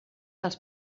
dels